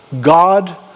God